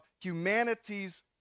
humanity's